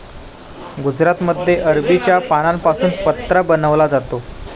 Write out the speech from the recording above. गुजरातमध्ये अरबीच्या पानांपासून पत्रा बनवला जातो